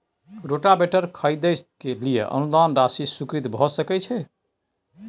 Rotavator खरीदे के लिए अनुदान राशि स्वीकृत भ सकय छैय?